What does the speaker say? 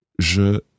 Je